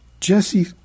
Jesse